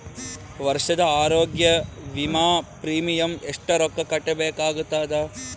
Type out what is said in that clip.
ವರ್ಷದ ಆರೋಗ್ಯ ವಿಮಾ ಪ್ರೀಮಿಯಂ ಎಷ್ಟ ರೊಕ್ಕ ಕಟ್ಟಬೇಕಾಗತದ?